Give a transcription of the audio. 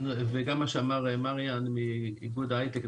וגם מה שאמר מריאן מאיגוד ההייטק.